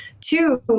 Two